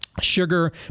sugar